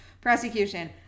prosecution